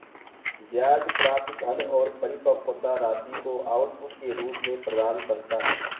ब्याज प्राप्त धन और परिपक्वता राशि को आउटपुट के रूप में प्रदान करता है